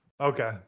Okay